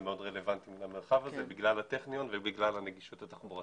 רלוונטיות למרחב הזה בגלל הטכניות ובגלל הנגישות התחבורתית.